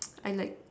I like